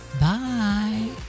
Bye